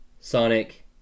Sonic